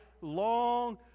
long